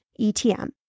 ETM